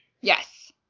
Yes